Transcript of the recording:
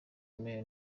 wemewe